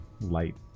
light